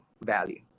value